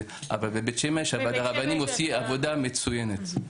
אבל בבית ועד הרבנים עושה עבודה מצוינת.